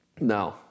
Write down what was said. No